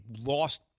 lost